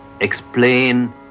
explain